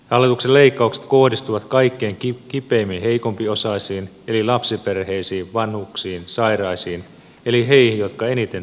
hallituksen leikkaukset kohdistuvat kaikkein kipeimmin heikompiosaisiin eli lapsiperheisiin vanhuksiin sairaisiin eli heihin jotka eniten tarvitsevat kuntapalveluja